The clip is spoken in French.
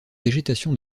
végétation